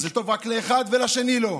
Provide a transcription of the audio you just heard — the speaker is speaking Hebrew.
אז זה טוב רק לאחד ולשני לא.